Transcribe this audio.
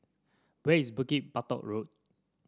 where is Bukit Batok Road